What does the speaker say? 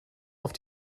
auf